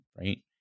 right